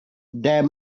there